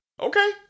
Okay